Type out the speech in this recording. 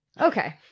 Okay